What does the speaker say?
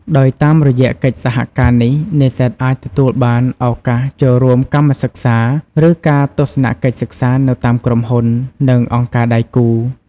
ដោយ តាមរយៈកិច្ចសហការនេះ និស្សិតអាចទទួលបានឱកាសចូលរួមកម្មសិក្សា ឬការទស្សនកិច្ចសិក្សានៅតាមក្រុមហ៊ុន និងអង្គការដៃគូ។